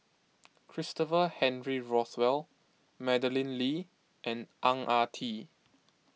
Christopher Henry Rothwell Madeleine Lee and Ang Ah Tee